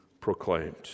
proclaimed